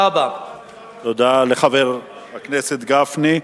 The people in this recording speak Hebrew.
תודה לחבר הכנסת גפני,